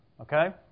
Okay